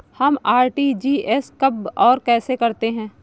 हम आर.टी.जी.एस कब और कैसे करते हैं?